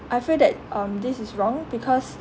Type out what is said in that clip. I feel that um this is wrong because